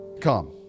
Come